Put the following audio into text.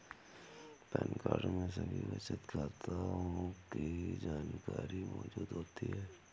pan card में सभी बचत खातों की जानकारी मौजूद होती है